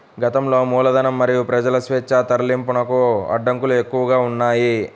గతంలో మూలధనం మరియు ప్రజల స్వేచ్ఛా తరలింపునకు అడ్డంకులు ఎక్కువగా ఉన్నాయి